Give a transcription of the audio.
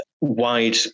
wide